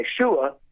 Yeshua